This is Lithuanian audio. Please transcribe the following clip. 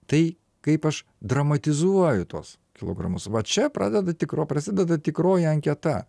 tai kaip aš dramatizuoju tuos kilogramus va čia pradeda tikro prasideda tikroji anketa